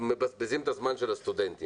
מבזבזים את הזמן של הסטודנטים,